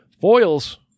Foils